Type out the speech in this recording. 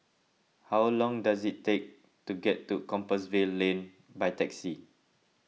how long does it take to get to Compassvale Lane by taxi